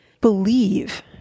believe